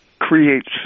creates